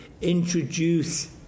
introduce